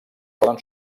poden